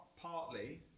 partly